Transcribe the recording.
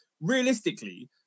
realistically